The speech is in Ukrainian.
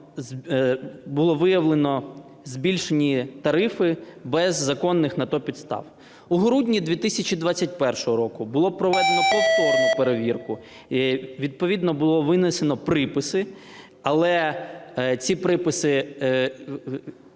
було виявлено збільшені тарифи без законних на те підстав. У грудні 2021 року було проведено повторну перевірку і відповідно було винесено приписи, але приписи